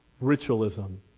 ritualism